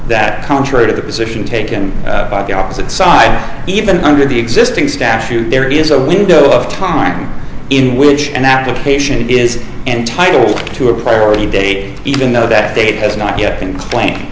that contrary to the position taken by the opposite side even under the existing statute there is a window of time in which an application is entitled to a priority date even though that date has not yet been claim